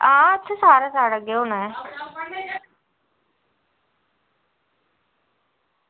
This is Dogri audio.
हां इत्थें सारा साढ़े अग्गें होना ऐ